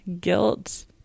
guilt